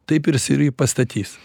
taip ir jis ir jį pastatys